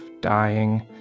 dying